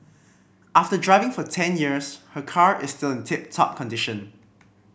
after driving for ten years her car is still in tip top condition